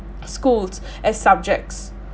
schools as subjects